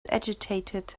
agitated